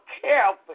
careful